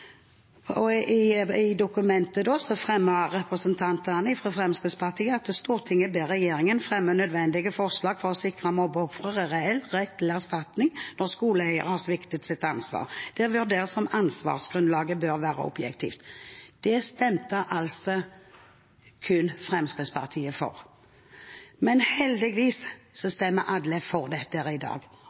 I dokumentet fremmet representantene fra Fremskrittspartiet følgende forslag: «Stortinget ber Regjeringen fremme nødvendige forslag for å sikre mobbeofre reell rett til erstatning når skoleeier har sviktet sitt ansvar. Det vurderes om ansvarsgrunnlaget bør være objektivt.» Det stemte kun Fremskrittspartiet for. Men heldigvis stemmer alle for dette i dag.